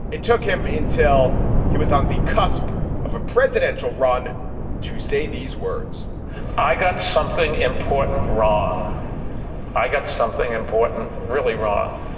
it took him until he was on the cusp of a presidential run to say these words i got something important wrong i got something important really wrong.